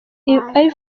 ivan